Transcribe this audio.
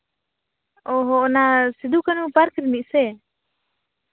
ᱚ ᱦᱳ ᱚᱱᱟ ᱥᱤᱫᱩ ᱠᱟᱹᱱᱩ ᱯᱟᱨᱠ ᱨᱤᱱᱤᱡ ᱥᱮ